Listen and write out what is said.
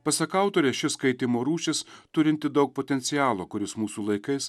pasak autorės ši skaitymo rūšis turinti daug potencialo kuris mūsų laikais